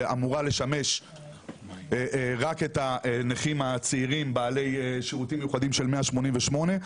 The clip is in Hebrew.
שאמורה לשמש רק את הנכים הצעירים בעלי שירותים מיוחדים של 188,